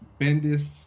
Bendis